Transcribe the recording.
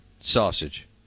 sausage